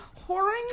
Whoring